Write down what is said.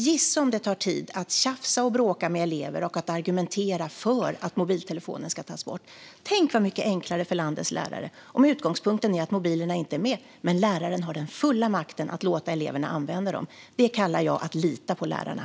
Gissa om det tar tid att tjafsa och bråka med elever och att argumentera för att mobiltelefonen ska tas bort! Tänk vad mycket enklare det skulle vara för landets lärare om utgångspunkten är att mobilerna inte ska finnas med men att lärarna har den fulla makten att låta eleverna använda dem. Det kallar jag för att lita på lärarna.